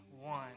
One